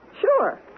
Sure